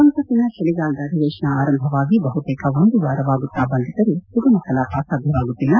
ಸಂಸತ್ತಿನ ಚಳಿಗಾಲದ ಅಧಿವೇಶನ ಆರಂಭವಾಗಿ ಬಹುತೇಕ ಒಂದು ವಾರವಾಗುತ್ತಾ ಬಂದಿದ್ದರು ಸುಗಮ ಕಲಾಪ ಸಾಧ್ಯವಾಗುತ್ತಿಲ್ಲ